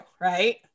Right